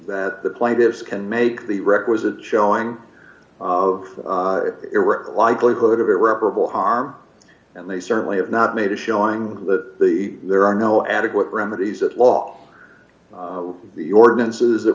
that the plaintiffs can make the requisite showing of iraq likelihood of irreparable harm and they certainly have not made a showing that there are no adequate remedies at law the ordinances that